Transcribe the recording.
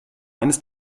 eines